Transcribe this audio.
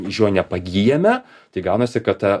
iš jo nepagyjame tai gaunasi kad ta